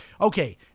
Okay